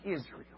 Israel